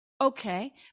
Okay